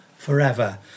Forever